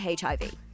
HIV